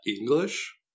English